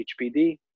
HPD